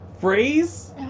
phrase